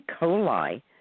coli